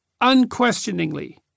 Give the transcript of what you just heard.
unquestioningly